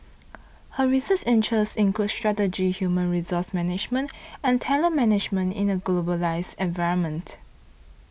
her research interests include strategic human resource management and talent management in a globalised environment